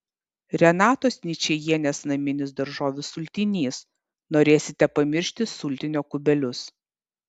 renatos ničajienės naminis daržovių sultinys norėsite pamiršti sultinio kubelius